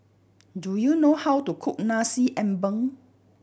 do you know how to cook Nasi Ambeng